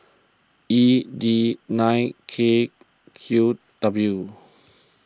E D nine K Q W